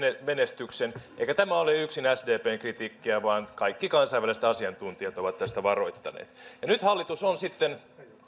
menestyksen eikä tämä ole yksin sdpn kritiikkiä vaan kaikki kansainväliset asiantuntijat ovat tästä varoittaneet nyt hallitus on sitten